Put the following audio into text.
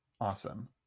Awesome